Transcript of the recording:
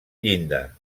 llinda